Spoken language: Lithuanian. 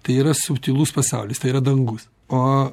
tai yra subtilus pasaulis tai yra dangus o